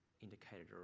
indicated